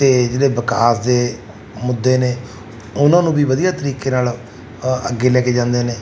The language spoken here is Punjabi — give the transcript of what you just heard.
ਅਤੇ ਜਿਹੜੇ ਵਿਕਾਸ ਦੇ ਮੁੱਦੇ ਨੇ ਉਹਨਾਂ ਨੂੰ ਵੀ ਵਧੀਆ ਤਰੀਕੇ ਨਾਲ ਅੱਗੇ ਲੈ ਕੇ ਜਾਂਦੇ ਨੇ